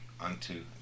unto